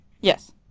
Yes